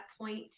point